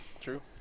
True